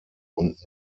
und